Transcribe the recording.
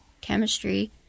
chemistry